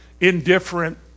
indifferent